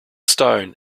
stone